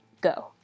Go